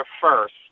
first